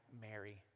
Mary